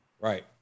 Right